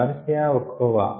Garcia Ochoa